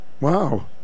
wow